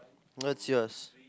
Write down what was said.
not yours